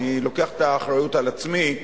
אני לוקח את האחריות על עצמי,